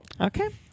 Okay